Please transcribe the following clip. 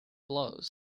blows